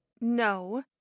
No